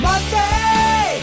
Monday